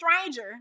stranger